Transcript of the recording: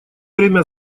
время